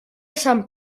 sant